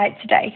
today